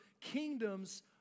kingdoms